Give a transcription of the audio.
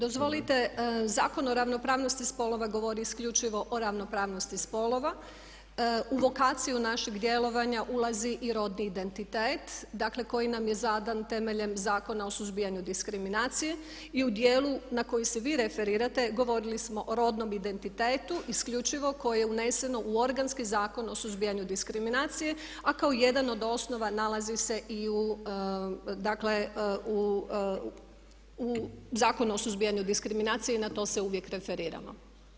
Dozvolite, Zakon o ravnopravnosti spolova govori isključivo o ravnopravnosti spolova, u lokaciju našeg djelovanja ulazi i rodni identitet, dakle koji nam je zadan temeljem Zakona o suzbijanju diskriminacije i u djelu na koji se vi referirate, govorili smo o rodnom identitetu, isključivo koji je uneseno u organski Zakon o suzbijanju diskriminacije a kao jedan od osnova nalazi se i u Zakonu o suzbijanju diskriminacije i na to se uvijek referiramo.